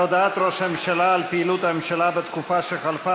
הודעת ראש הממשלה על פעילות הממשלה בתקופה שחלפה